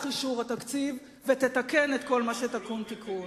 אישור התקציב ותתקן את כל מה שטעון תיקון.